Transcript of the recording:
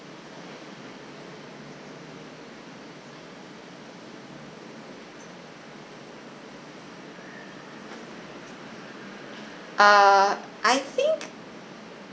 err I think